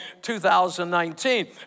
2019